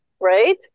right